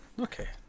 okay